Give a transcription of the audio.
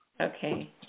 Okay